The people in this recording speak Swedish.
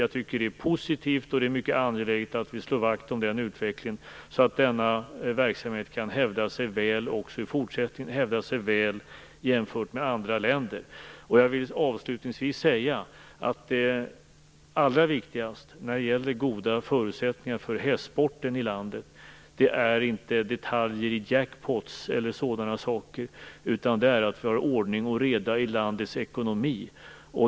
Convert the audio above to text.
Jag tycker att det är positivt, och det är mycket angeläget att vi slår vakt om den utvecklingen så att denna verksamhet kan hävda sig väl också i fortsättningen jämfört med verksamheter i andra länder. Jag vill avslutningsvis säga att det allra viktigaste när det gäller goda förutsättningar för hästsporten i landet inte är detaljer vad gäller jackpoter, t.ex., utan att vi har ordning och reda i landets ekonomi.